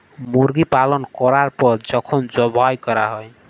মুরগি পালল ক্যরার পর যখল যবাই ক্যরা হ্যয়